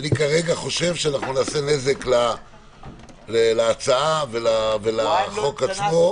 כרגע אני חושב שנעשה נזק להצעה ולחוק עצמו.